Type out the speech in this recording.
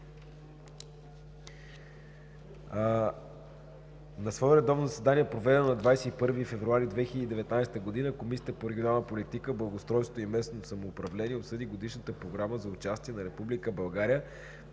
„На свое редовно заседание, проведено на 21 февруари 2019 г., Комисията по регионална политика, благоустройство и местно самоуправление обсъди Годишната програма за участие на